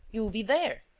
you will be there.